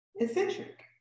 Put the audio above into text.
eccentric